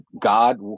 God